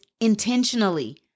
intentionally